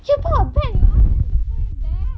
you bought a bag and ask them to put it there